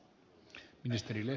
arvoisa puhemies